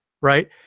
right